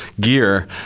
gear